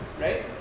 right